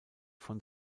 von